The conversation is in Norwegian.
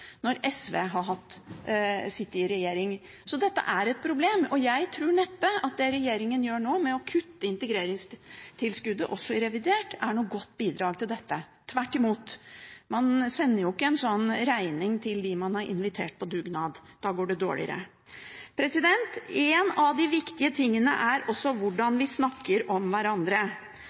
SV satt i regjering. Så dette er et problem, og jeg tror neppe at det regjeringen gjør nå, å kutte integreringstilskuddet også i revidert, er noe godt bidrag til dette – tvert imot. Man sender ikke en sånn regning til dem man har invitert på dugnad – da går det dårligere. En av de viktige tingene er også hvordan vi snakker om hverandre.